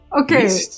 Okay